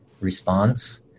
response